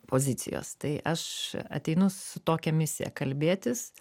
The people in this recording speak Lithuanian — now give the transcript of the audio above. pozicijos tai aš ateinu su tokia misija kalbėtis